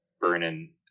burning